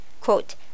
quote